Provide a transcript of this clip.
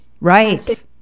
Right